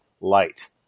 light